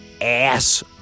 ass